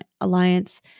Alliance